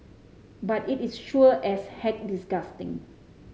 but it is sure as heck disgusting